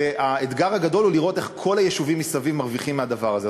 והאתגר הגדול הוא לראות איך כל היישובים מסביב מרוויחים מהדבר הזה.